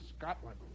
Scotland